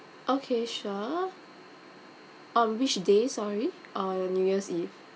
okay sure um which day sorry oh the new year's eve